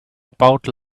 about